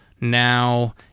now